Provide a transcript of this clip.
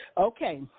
Okay